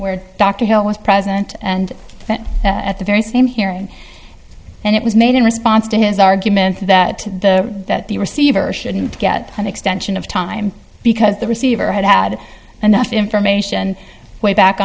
where dr hill was present and at the very same hearing and it was made in response to his argument that the that the receiver shouldn't get an extension of time because the receiver had had enough information way back